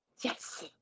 yes